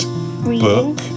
book